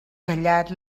callat